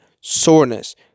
soreness